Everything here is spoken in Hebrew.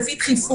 על פי דחיפות,